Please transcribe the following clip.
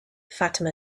fatima